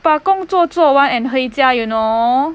把工作做完 and 回家 you know